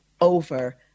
over